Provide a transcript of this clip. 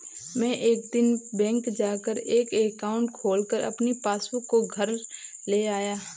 मै एक दिन बैंक जा कर एक एकाउंट खोलकर अपनी पासबुक को घर ले आया